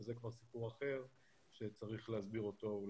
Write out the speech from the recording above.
אבל זה כבר סיפור אחר שצריך להסדיר אותו.